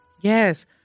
Yes